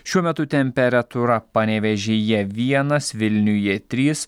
šiuo metu temperatūra panevėžyje vienas vilniuje trys